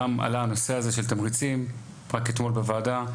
גם עלה הנושא הזה של התמריצים רק אתמול בוועדה,